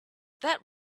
that